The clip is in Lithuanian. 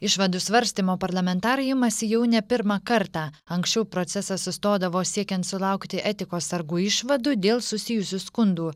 išvadų svarstymo parlamentarai imasi jau ne pirmą kartą anksčiau procesas sustodavo siekiant sulaukti etikos sargų išvadų dėl susijusių skundų